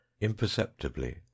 Imperceptibly